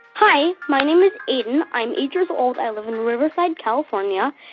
hi. my name is aiden. i'm eight years old. i live in riverside, calif. um yeah